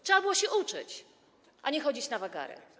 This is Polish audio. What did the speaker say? Trzeba było się uczyć, a nie chodzić na wagary.